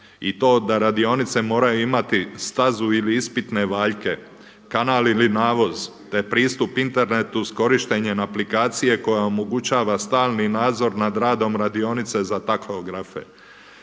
i to da radionice moraju imati stazu ili ispitne valjke, kanal ili navoz te pristup internetu sa korištenjem aplikacije koja omogućava stalni nadzor nad radom radionice za tahografe.